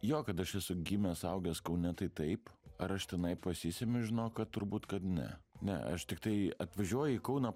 jo kad aš esu gimęs augęs kaune tai taip ar aš tenai pasisemiu žinok kad turbūt kad ne ne aš tiktai atvažiuoju į kauną